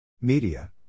Media